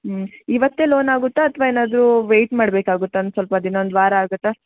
ಹ್ಞೂ ಇವತ್ತೇ ಲೋನ್ ಆಗುತ್ತಾ ಅಥ್ವಾ ಏನಾದರೂ ವೆಯ್ಟ್ ಮಾಡಬೇಕಾಗುತ್ತಾ ಒಂದು ಸ್ವಲ್ಪ ದಿನ ಒಂದು ವಾರ ಆಗುತ್ತಾ